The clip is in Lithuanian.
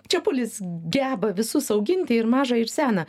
čepulis geba visus auginti ir mažą ir seną